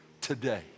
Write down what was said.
today